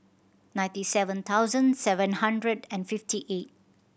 ninety seven thousand seven hundred and fifty eight